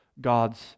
God's